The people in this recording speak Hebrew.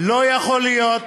לא יכול להיות